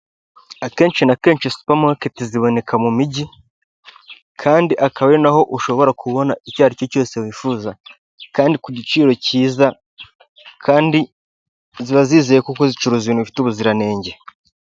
Akenshi na kenshi supermarket ziboneka mu mijyi kandi akaba ari naho ushobora kubona icyo ari cyo cyose wifuza kandi ku giciro cyiza kandi ziba zizewe kuko zicuruza ibintu bifite ubuziranenge.